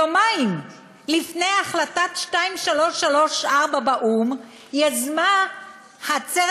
יומיים לפני החלטת 2334 באו"ם יזמה העצרת